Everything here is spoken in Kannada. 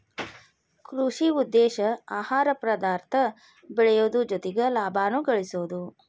ಕೃಷಿ ಉದ್ದೇಶಾ ಆಹಾರ ಪದಾರ್ಥ ಬೆಳಿಯುದು ಜೊತಿಗೆ ಲಾಭಾನು ಗಳಸುದು